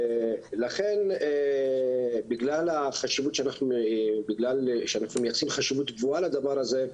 לכן בגלל שאנחנו מייחסים חשיבות גבוהה לדבר הזה,